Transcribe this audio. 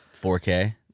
4K